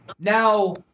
now